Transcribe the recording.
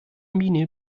miene